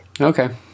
Okay